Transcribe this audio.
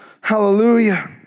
Hallelujah